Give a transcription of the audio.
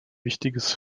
wichtiges